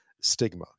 stigma